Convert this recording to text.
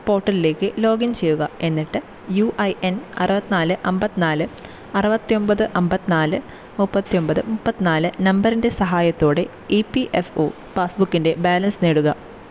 പോർട്ടലിലേക്ക് ലോഗിൻ ചെയ്യുക എന്നിട്ട് യു ഐ എൻ അറുപത്തി നാല് അമ്പത്തി നാല് അറുപത്തി ഒമ്പത് അമ്പത്തി നാല് മുപ്പത്തി ഒമ്പത് മുപ്പത്തി നാല് നമ്പറിൻ്റെ സഹായത്തോടെ ഇ പി എഫ് ഒ പാസ്ബുക്കിൻ്റെ ബാലൻസ് നേടുക